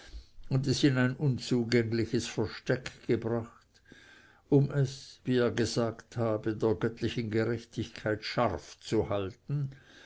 und es in ein unzugängliches versteck gebracht um es wie er gesagt habe der göttlichen gerechtigkeit scharf zu behalten